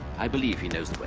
i believe he knows